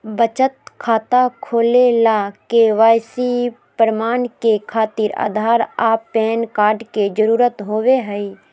बचत खाता खोले ला के.वाइ.सी प्रमाण के खातिर आधार आ पैन कार्ड के जरुरत होबो हइ